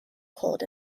cold